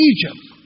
Egypt